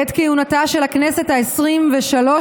בעת כהונתה של הכנסת העשרים-ושלוש,